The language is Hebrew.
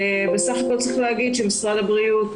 בסך הכול צריך להגיד שמשרד הבריאות